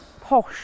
posh